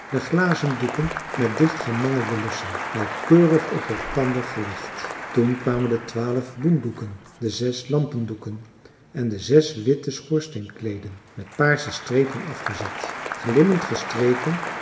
de glazendoeken met dichtgemangelde lussen nauwkeurig op elkander gelegd toen kwamen de twaalf boendoeken de zes lampendoeken en de zes witte schoorsteenkleeden met paarsche strepen afgezet glimmend gestreken